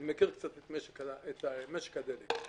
אני מכיר קצת את משק הדלק.